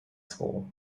school